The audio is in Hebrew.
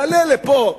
יעלה לפה